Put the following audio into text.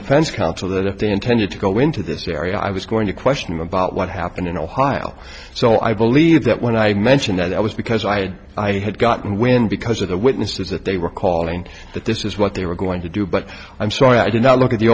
defense counsel that if they intended to go into this area i was going to question him about what happened in ohio so i believe that when i mentioned that i was because i had i had gotten wind because of the witnesses that they were calling that this is what they were going to do but i'm so i did not look at the